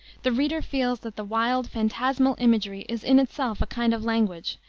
the reader feels that the wild, fantasmal imagery is in itself a kind of language,